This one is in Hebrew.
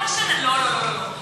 לא, לא, לא.